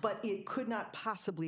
but it could not possibly